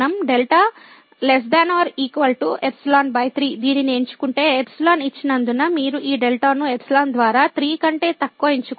మనం δ ≤ ϵ3 దీనిని ఎంచుకుంటే ϵ ఇచ్చినందుకు మీరు ఈ డెల్టాను ϵ ద్వారా 3 కంటే తక్కువ ఎంచుకుంటే